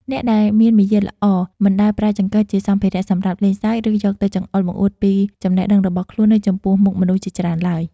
អ្នកដែលមានមារយាទល្អមិនដែលប្រើចង្កឹះជាសម្ភារៈសម្រាប់លេងសើច ឬ យកទៅចង្អុលបង្អួតពីចំណេះដឹងរបស់ខ្លួននៅចំពោះមុខមនុស្សជាច្រើនឡើយ។